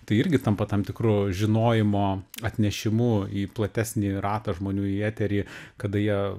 tai irgi tampa tam tikru žinojimo atnešimu į platesnį ratą žmonių į eterį kada jie